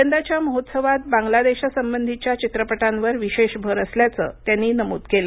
यंदाच्या महोत्सवात बांगलादेशासंबंधीच्या चित्रपटांवर विशेष भर असल्याचं त्यांनी नमूद केलं